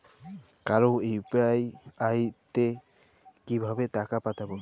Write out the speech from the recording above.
কারো ইউ.পি.আই তে কিভাবে টাকা পাঠাবো?